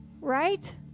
right